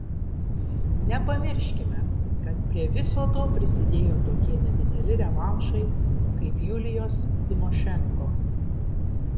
nepamirškime kad prie viso to prisidėjo tokie nedideli revanšai kaip julijos tymošenko